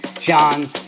John